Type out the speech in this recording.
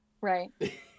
Right